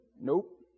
Nope